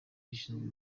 rishinzwe